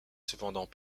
cependant